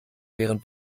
wären